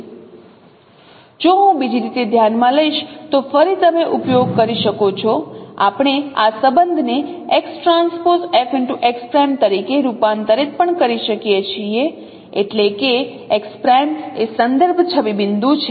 જો હું બીજી રીતે ધ્યાનમાં લઈશ તો ફરી તમે ઉપયોગ કરી શકો છો આપણે આ સંબંધને xTFx' તરીકે રૂપાંતરિત પણ કરી શકીએ છીએ એટલે કે x' એ સંદર્ભ છબી બિંદુ છે